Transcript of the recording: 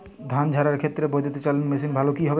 ধান ঝারার ক্ষেত্রে বিদুৎচালীত মেশিন ভালো কি হবে?